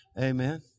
Amen